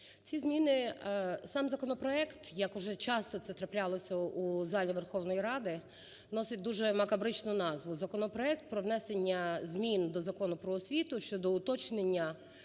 Ці зміни... сам законопроект, як уже часто це траплялося у залі Верховної Ради, носить дужемакабричну назву: законопроект про внесення змін до Закону про освіту щодо уточнення